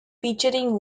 featuring